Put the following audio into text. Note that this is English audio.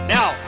Now